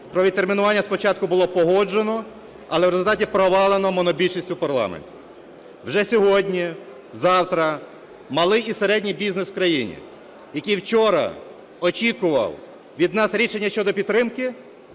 про відтермінування спочатку було погоджено, але в результаті провалено монобільшістю в парламенті. Вже сьогодні-завтра малий і середній бізнес в країні, який вчора очікував від нас рішення щодо підтримки,